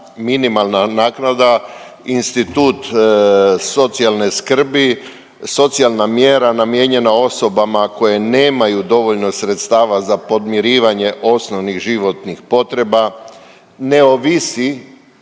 minimalna naknada, institut socijalne skrbi, socijalna mjera namijenjena osobama koje nemaju dovoljno sredstava za podmirivanje osnovnih životnih potreba, ne ovisi,